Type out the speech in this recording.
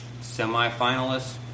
semifinalists